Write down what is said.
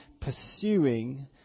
pursuing